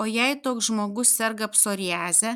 o jei toks žmogus serga psoriaze